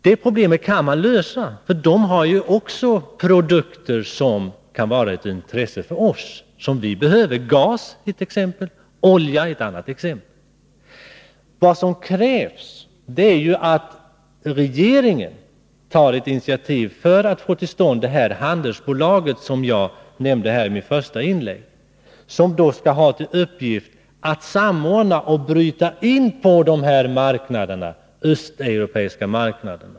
Det problemet kan man lösa, för i dessa länder finns produkter som kan vara av intresse för oss och som vi behöver. Gas är ett sådant exempel, olja ett annat. Vad som krävs är att regeringen tar initiativ för att få till stånd det handelsbolag som jag nämnde i mitt första inlägg. Bolaget skall ha till uppgift att samordna och bryta in på dessa östeuropeiska marknader.